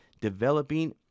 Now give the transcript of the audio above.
Developing